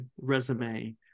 Resume